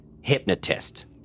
hypnotist